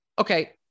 Okay